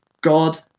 God